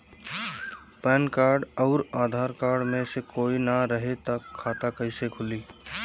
Pan card आउर Aadhaar card मे से कोई ना रहे त खाता कैसे खुली?